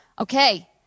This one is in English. Okay